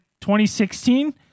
2016